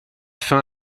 fin